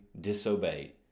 disobeyed